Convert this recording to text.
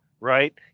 right